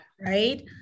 right